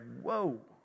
whoa